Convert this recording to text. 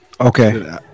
Okay